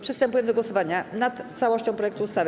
Przystępujemy do głosowania nad całością projektu ustawy.